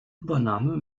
übernahme